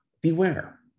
beware